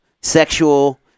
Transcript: sexual